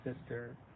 Sister